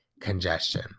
congestion